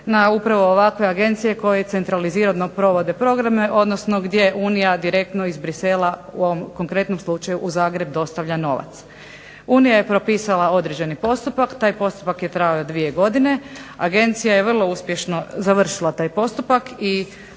na upravo ovakve agencije koje centralizirano provode programe, odnosno gdje Unija direktno iz Bruxellesa u ovom konkretnom slučaju u Zagreb dostavlja novac. Unija je propisala određeni postupak, taj postupak je trajao dvije godine, agencija je vrlo uspješno završila taj postupak,